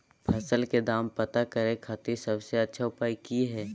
फसल के दाम पता करे खातिर सबसे अच्छा उपाय की हय?